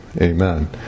Amen